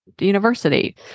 university